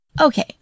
Okay